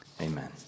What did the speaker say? amen